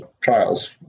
trials